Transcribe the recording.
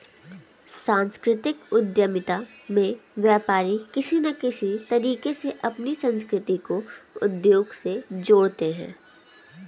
सांस्कृतिक उद्यमिता में व्यापारी किसी न किसी तरीके से अपनी संस्कृति को उद्योग से जोड़ते हैं